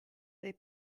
they